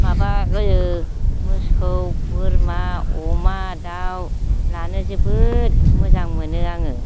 माबा ओ मोसौ बोरमा अमा दाउ लानो जोबोद मोजां मोनो आङो